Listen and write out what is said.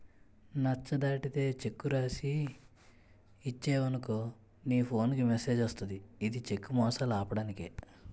నచ్చ దాటితే చెక్కు రాసి ఇచ్చేవనుకో నీ ఫోన్ కి మెసేజ్ వస్తది ఇది చెక్కు మోసాలు ఆపడానికే